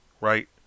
right